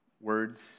words